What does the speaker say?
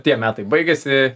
tie metai baigėsi